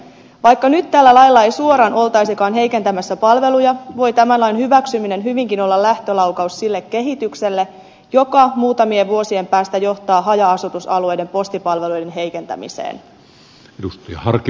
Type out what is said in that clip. vaikka nyt tällä lailla ei suoraan oltaisikaan heikentämässä palveluja voi tämän lain hyväksyminen hyvinkin olla lähtölaukaus sille kehitykselle joka muutamien vuosien päästä johtaa haja asutusalueiden postipalveluiden heikentämiseen